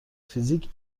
فیزیک